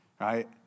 Right